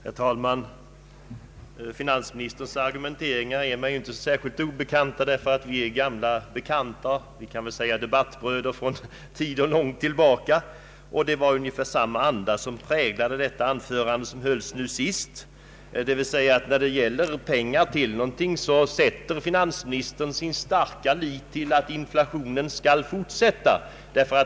Herr talman! Finansministerns argument är mig inte främmande — vi är ju gamla bekanta, debattbröder sedan lång tid! Det var ungefär samma anda som präglade detta senaste anförande. När det gäller pengar till någonting sätter finansministern sin starka lit till att inflationen skall fortsätta.